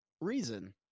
reason